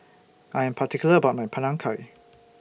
I Am particular about My Panang Curry